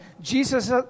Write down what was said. Jesus